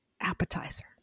appetizer